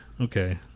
Okay